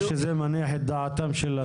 לא שזה מניח את דעתם של התושבים.